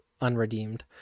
unredeemed